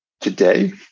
today